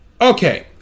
Okay